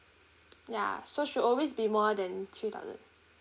ya so should always be more than three thousand